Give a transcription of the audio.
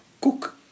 cook